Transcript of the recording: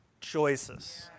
choices